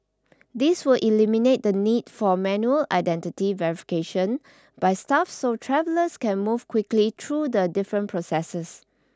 this will eliminate the need for manual identity verification by staff so travellers can move quickly through the different processes